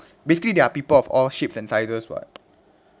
basically there are people of all shapes and sizes [what]